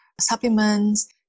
supplements